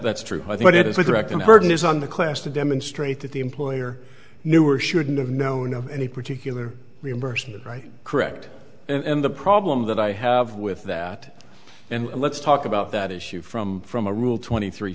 that's true i thought it was like reckon burden is on the class to demonstrate that the employer knew or shouldn't have known of any particular reimbursement right correct and the problem that i have with that and let's talk about that issue from from a rule twenty three